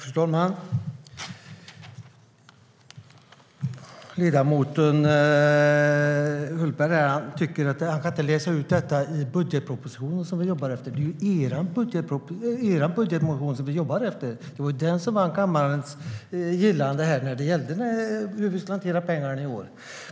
Fru talman! Ledamoten Hultberg menar att han inte kan läsa ut detta i den budget vi jobbar efter. Det är ju er budgetmotion vi jobbar efter, Johan Hultberg. Det var den som vann kammarens gillande när det gällde hur vi ska hantera pengarna i år.